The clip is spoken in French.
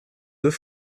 deux